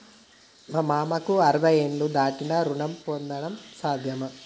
మా మామకు అరవై ఏళ్లు దాటితే రుణం పొందడం సాధ్యమేనా?